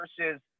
versus